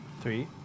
Three